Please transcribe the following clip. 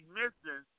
missing